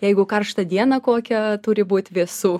jeigu karštą dieną kokią turi būt vėsu